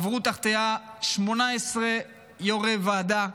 עברו תחתיה 18 יושבי-ראש ועדה.